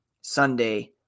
Sunday